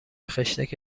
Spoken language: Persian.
خشتک